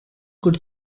could